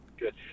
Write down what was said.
Good